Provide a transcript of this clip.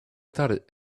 thought